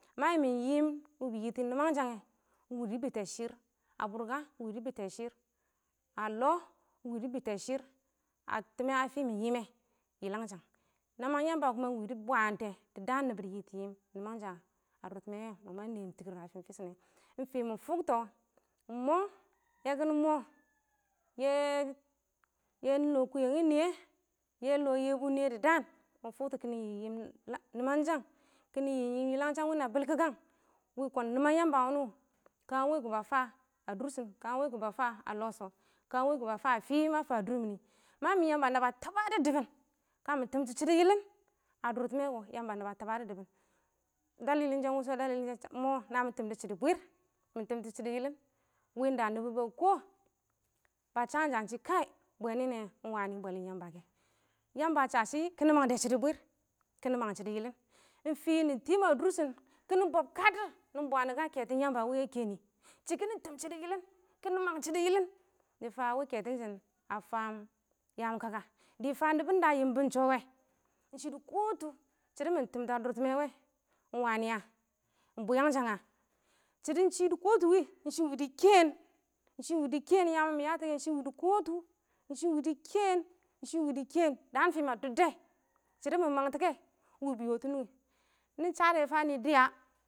Ma yɪmɪn yɪm wɪ bɪ yɪtɔ yɪlangshang ngɛ, ɪng wɪ dɪ bɪtɛ, ɪng wɪ dɪ bɪtɛ shɪrr bʊrka, ɪng wɪ dɪ bɪtɛ shɪrr lɔ, ɪng wɪ bɪtɛ shɪrr a tɪmɛ, a fɪ mɪ yɪm mɛ yɪlangshang, nɪman Yamba kuma wɪ dɪ bwaantɛ dɪ daan nɪbɔ dɪ yɪtɔ yɪm nɪmansha dʊrtɪmɛ wɛ, mɔ ma nɛɛm tɪkɪr a fɪɪn fɪ shɪ nɛ. ɪng fɪ mɪ fʊk ɪng mɔ yɛ kɪnɪ mɔ, yɛ yɛ lɔ kʊyɛngɪn nɪyɛ, yɛ lɔ Yebu nɪyɛ dɪ daan. mɪ fʊk tɔ kɪ nɪ yɪm yɪm lɔ nɪmanshang, kɪ nɪ yɪ yɪm nɪmanshang wɪ kɪ na bɪlkɪkang, wɪ kɔn nɪman Yamba wʊnɪ wɔ, ka wɛ kʊ ba fa a dʊrshɪn, ka wɛ kʊ ba fa a lɔ shɔ, ka wɛ kʊ ba fa ka fɪ ma fa dʊrmɪn, ma yɪmɪn Yamba ba tabadɔ dʊbɪn ka mɪ tɔmtʊ shɪdɔ yɪlɪna dʊrtɪmɛ kɔ, Yamba naba tababɔ dɪbɪn shɛ ɪng wʊshɔ, ɪng mɔ na mɪ tɔmdʊ shɪdɔ bwiir, mɪ tɔmtʊ shɪdɔ yɪlɪn wɪ ɪng da nɪbɔ ba kɔ, ba shamsham shɪ kaɪ bwɛnɪ nɛ ɪng wanɪ ɪng bwɛlɪn Yamba kɛ, Yambaa shashɪ kɪ nɪ mangdɛ shɪdɔ bwiir, kɪ nɪ mang shɪdɔ yɪlɪn, ɪng fɪ nɪ tɪɪ a dʊrshɪn, kɪnɪ bɔb ka dɪrr, nɪ bwaan ka kɛtɔn Yamba wɪ a kɛ nɪ shɪ kɪ nɪ tɔm shɪdɔ yɪlɪn, kɪnɪ mang shɪdɔ yɪlɪn, dɪ fa a wɪ kɛtɔn a fam yaam kaka, dɪ ɪng fa nɪbɔ da a yɪmbɔ ɪng shɔ wɛ, ɪng shɪdɪ kɔtʊ shɪdɔn da mɪ tɪmta a dʊrtɪmɛ wɛ ɪng wa nɪ a? ɪng bwɪɪyangshang a? shɪdɔn ɪng shɪ dɪ kɔtʊ, ɪng shɪ dɪ kɛɛn, yam mɪn ya tɔ kɛ ɪng shɪ wɪ dɪ kɔɔn, ɪng shɪ wɪdɪ kɛɛn, daan fɪ ɪng ma dʊbdɛ, shɪdɔ mɪ mang tɔ kɛ wɪ bɪ yɔtʊ nʊngɪ, ni sha dɛ fa nɪ dɪya.